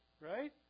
right